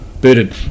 booted